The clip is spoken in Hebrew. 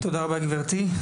תודה רבה, גברתי.